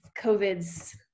COVID's